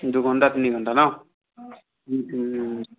দুঘন্টা তিনি ঘন্টা ন